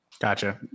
Gotcha